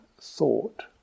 thought